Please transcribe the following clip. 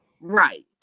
Right